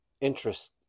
interest